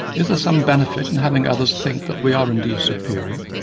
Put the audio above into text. is there some benefit in having others think that we are indeed superior?